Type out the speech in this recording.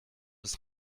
ist